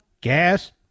gas